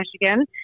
Michigan